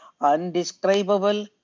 undescribable